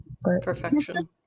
Perfection